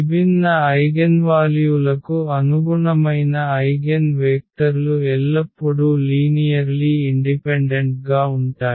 విభిన్న ఐగెన్వాల్యూలకు అనుగుణమైన ఐగెన్వేక్టర్లు ఎల్లప్పుడూ లీనియర్లీ ఇండిపెండెంట్గా ఉంటాయి